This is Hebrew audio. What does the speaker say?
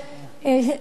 משה